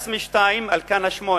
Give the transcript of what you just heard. בסמה, 2, אלקנה, 8,